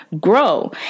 grow